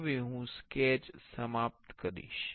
હવે હું સ્કેચ સમાપ્ત કરીશ